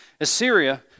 Assyria